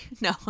no